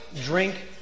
drink